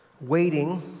waiting